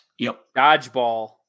Dodgeball